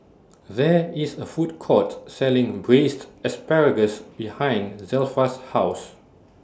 There IS A Food Court Selling Braised Asparagus behind Zelpha's House